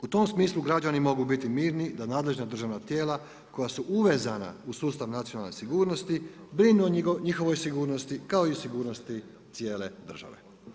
U tom smislu građani mogu biti mirni da nadležna državna tijela koja su uvezana u sustav nacionalne sigurnosti brinu o njihovoj sigurnosti kao i sigurnosti cijele države.